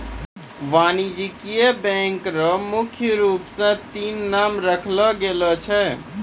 वाणिज्यिक बैंक र मुख्य रूप स तीन नाम राखलो गेलो छै